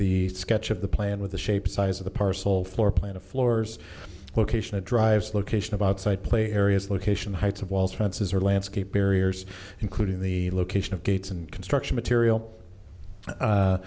the sketch of the plan with the shape size of the parcel floor plan of floors location of drives location of outside play areas location heights of walls fences or landscape barriers including the location of gates and construction material